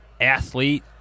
athlete